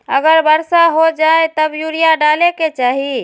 अगर वर्षा हो जाए तब यूरिया डाले के चाहि?